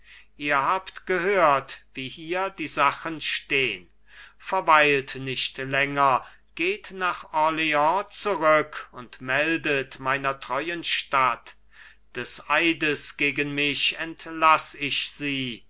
ihr habt gehört wie hier die sachen stehn verweilt nicht länger geht nach orleans zurück und meldet meiner treuen stadt des eides gegen mich entlaß ich sie